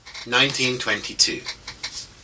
1922